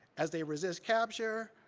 as they resist capture,